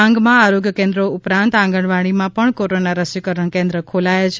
ડાંગમાં આરોગ્ય કેન્દ્રો ઉપરાંત આંગણવાડીમાં પણ કોરોના રસીકરણ કેન્દ્ર ખોલાયા છે